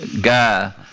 guy